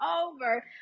over